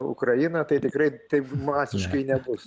ukrainą tai tikrai taip masiškai nebus